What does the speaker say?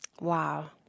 Wow